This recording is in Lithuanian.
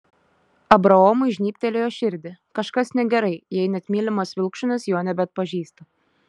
abraomui žnybtelėjo širdį kažkas negerai jei net mylimas vilkšunis jo nebeatpažįsta